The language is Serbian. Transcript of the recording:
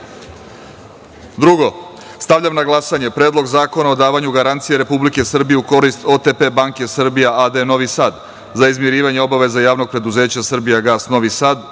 stavljam na glasanje Predlog zakona davanju garancije Republike Srbije u korist OTP banke Srbija a.d. Novi Sad za izmirivanje obaveza Javnog preduzeća „Srbijagas“ Novi Sad